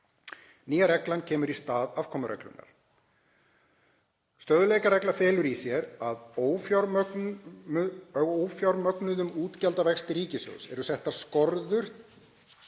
Nýja reglan kemur í stað afkomureglunnar. Stöðugleikaregla felur í sér að ófjármögnuðum útgjaldavexti ríkissjóðs eru settar skorður,